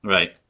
Right